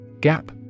Gap